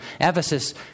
Ephesus